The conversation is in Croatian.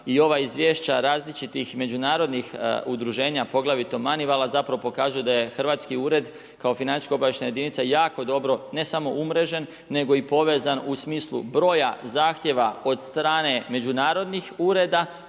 i ova izvješća različitih međunarodnih udruženja poglavito MANIVAL-a zapravo pokazuju da je hrvatski ured kao financijsko-obavještajna jedinica jako dobro ne samo umrežen nego i povezan u smislu broja zahtjeva od strane međunarodnih ureda